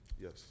Yes